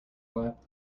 lap